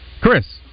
Chris